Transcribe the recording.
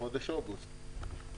חודש אוגוסט.